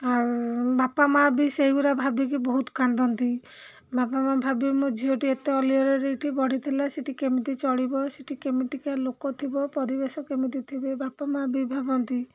ଆଉ ବାପା ମା' ବି ସେଇଗୁଡ଼ା ଭାବିକି ବହୁତ କାନ୍ଦନ୍ତି ବାପା ମା' ଭାବି ମୋ ଝିଅଟି ଏତେ ଅଲି ଅଳି ଏଠି ବଢ଼ିଥିଲା ସେଠି କେମିତି ଚଳିବ ସେଠି କେମିତିକା ଲୋକ ଥିବ ପରିବେଶ କେମିତି ଥିବେ ବାପା ମା' ବି ଭାବନ୍ତି